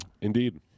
Indeed